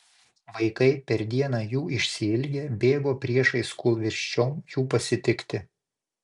vaikai per dieną jų išsiilgę bėgo priešais kūlvirsčiom jų pasitikti